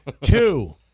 Two